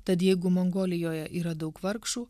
tad jeigu mongolijoje yra daug vargšų